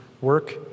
work